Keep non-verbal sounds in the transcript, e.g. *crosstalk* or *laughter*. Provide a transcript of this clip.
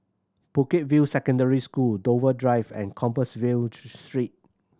Bukit View Secondary School Dover Drive and Compassvale *unintelligible* Street